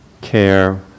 care